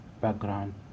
background